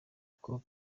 kuko